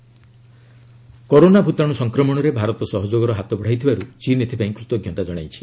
ଚିନା appreciation corona ଭୂତାଣୁ ସଂକ୍ରମଣରେ ଭାରତ ସହଯୋଗର ହାତ ବଢ଼ାଇଥିବାରୁ ଚୀନ୍ ଏଥିପାଇଁ କୃତଜ୍ଞତା ଜଣାଇଛି